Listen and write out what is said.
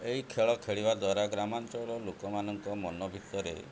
ଏହି ଖେଳ ଖେଳିବା ଦ୍ୱାରା ଗ୍ରାମାଞ୍ଚଳର ଲୋକମାନଙ୍କ ମନ ଭିତରେ